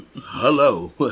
Hello